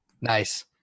Nice